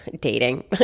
dating